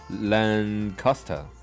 Lancaster